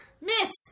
Miss